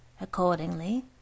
accordingly